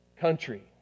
country